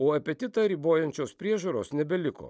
o apetitą ribojančios priežiūros nebeliko